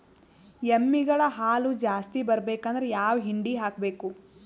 ಎಮ್ಮಿ ಗಳ ಹಾಲು ಜಾಸ್ತಿ ಬರಬೇಕಂದ್ರ ಯಾವ ಹಿಂಡಿ ಹಾಕಬೇಕು?